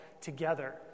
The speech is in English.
together